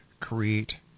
create